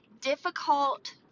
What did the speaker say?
difficult